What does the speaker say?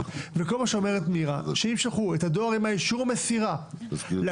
כל מה שאומרת מירה זה שאם שלחו את הדואר עם אישור המסירה לכתובת